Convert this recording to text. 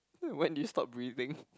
when did you stop breathing